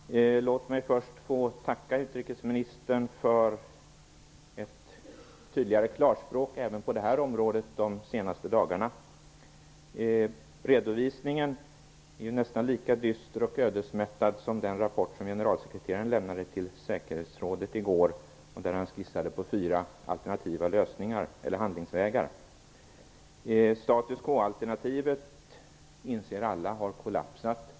Herr talman! Först tackar jag utrikesministern för ett tydligare klarspråk även på det här området de senaste dagarna. Redovisningen är nästan lika dyster och ödesmättad som den rapport som generalsekreteraren i går lämnade till säkerhetsrådet i går. Där skissar han på fyra alternativa handlingsvägar. Status-quo-alternativet har, det inser alla, kollapsat.